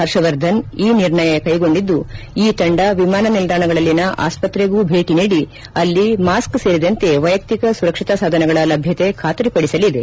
ಹರ್ಷವರ್ಧನ್ ಈ ನಿರ್ಣಯ ಕ್ವೆಗೊಂಡಿದ್ದು ಈ ತಂಡ ವಿಮಾನ ನಿಲ್ಲಾಣಗಳಲ್ಲಿನ ಆಸ್ಪತ್ರೆಗೂ ಭೇಟಿ ನೀಡಿ ಅಲ್ಲಿ ಮಾಸ್ಕ್ ಸೇರಿದಂತೆ ವೈಯಕ್ತಿಕ ಸುರಕ್ಷತಾ ಸಾಧನಗಳ ಲಭ್ಯತೆ ಖಾತರಿಪದಿಸಲಿದೆ